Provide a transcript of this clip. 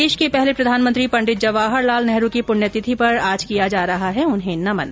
देश के पहले प्रधानमंत्री पंडित जवाहर लाल नेहरू की पुण्यतिथि पर आज किया जा रहा है उन्हें नमन